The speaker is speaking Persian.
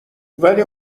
ولی